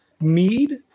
mead